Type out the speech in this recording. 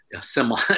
Similar